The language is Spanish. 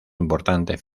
importante